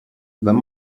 wenn